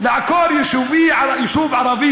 לעקור יישוב ערבי,